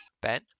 Ben